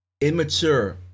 immature